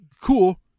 cool